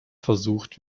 versucht